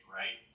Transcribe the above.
right